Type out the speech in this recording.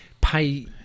pay